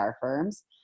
firms